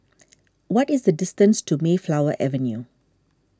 what is the distance to Mayflower Avenue